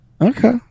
Okay